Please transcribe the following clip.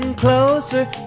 Closer